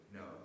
no